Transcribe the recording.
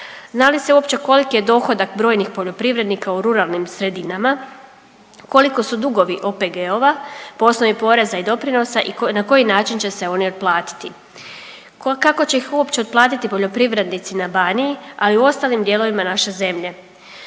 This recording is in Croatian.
zna li se uopće koliki je dohodak brojnih poljoprivrednika u ruralnim sredinama, koliko su dugovi OPG-ova po osnovi poreza i doprinosa i na koji način će se oni otplatiti? Kako će ih uopće otplatiti poljoprivrednici na Baniji ali i u ostalim dijelovima naše zemlje?